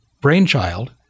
brainchild